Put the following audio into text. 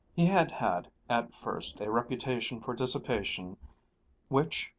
he had had at first a reputation for dissipation which,